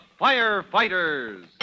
Firefighters